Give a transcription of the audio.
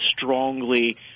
strongly